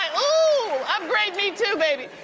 ooh! upgrade me too baby.